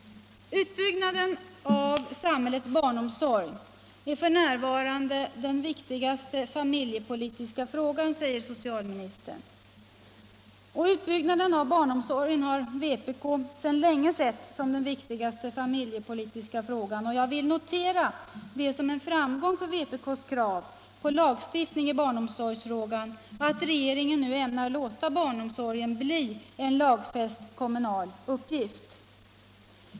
Utbyggnaden av samhällets barnomsorg är f. n. den viktigaste familjepolitiska frågan, säger socialministern. Vpk har länge haft den uppfattningen, och jag vill notera det som en framgång för vpk:s krav på lagstiftning i barnomsorgsfrågan att regeringen nu ämnar låta barnom sorgen bli en lagfäst kommunal uppgift.